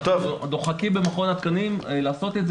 אנחנו דוחקים במכון התקנים לעשות את זה.